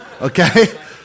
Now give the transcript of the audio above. Okay